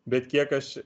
bet kiek aš